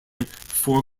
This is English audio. before